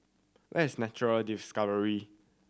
where is Nature Discovery